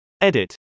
Edit